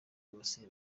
bose